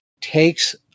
takes